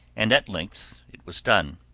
and at length it was done.